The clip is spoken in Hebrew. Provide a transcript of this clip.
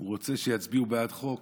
הוא רוצה שיצביעו בעד החוק.